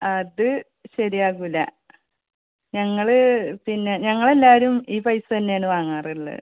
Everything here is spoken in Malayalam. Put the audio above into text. അത് ശരിയാകൂല ഞങ്ങൾ പിന്നെ ഞങ്ങളെല്ലാവരും ഈ പൈസെന്നാണ് വാങ്ങാറുള്ളത്